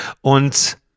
Und